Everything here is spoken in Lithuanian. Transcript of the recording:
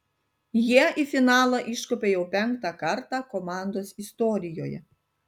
jie į finalą iškopė jau penktą kartą komandos istorijoje